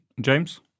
James